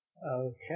Okay